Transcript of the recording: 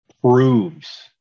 proves